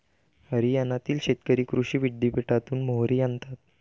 हरियाणातील शेतकरी कृषी विद्यापीठातून मोहरी आणतात